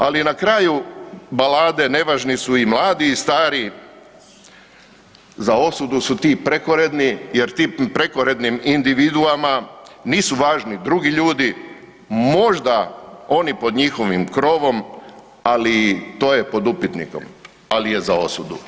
Ali na kraju balade nevažni su i mladi i stari za osudu su ti prekoredni jer tim prekorednim individuama nisu važni drugi ljudi možda oni pod njihovim krovom, ali i to je pod upitnikom, ali je za osudu.